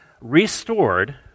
restored